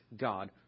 God